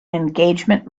engagement